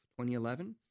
2011